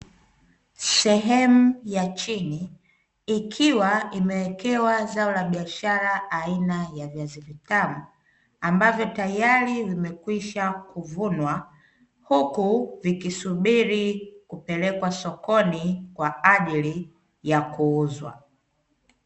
Sehemu ya chini ikiwa imewekewa zao la biashara aina ya viazi vitamu, ambavyo tayari vimekwisha kuvunwa huku vikisubiri kupelekwa sokoni kwa ajili ya kuuzwa.